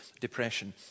depression